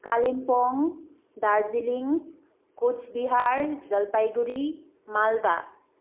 Kalimpong Darjeeling Cooch Behar Jalpaiguri Malda